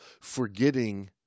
forgetting